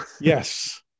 Yes